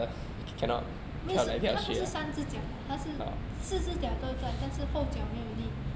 which wa~ 他不是三只脚啦他是四只脚都在但是后脚没有力